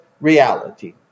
reality